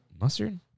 Mustard